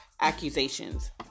accusations